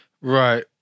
Right